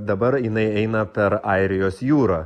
dabar jinai eina per airijos jūrą